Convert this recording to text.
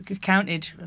counted